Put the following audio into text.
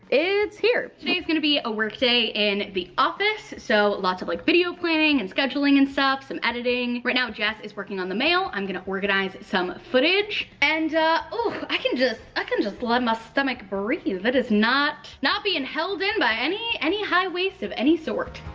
it's here. today's gonna be a work day in the office, so lots of like video planning and scheduling and stuff, some editing. right now jess is working on the mail. i'm gonna organize some footage. and ooh, i can just ah can just let my stomach breathe. it is not being and held in by any any high waist of any sort.